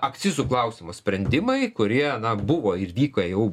akcizų klausimo sprendimai kurie buvo ir vyko jau